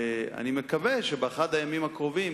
ואני מקווה שבאחד הימים הקרובים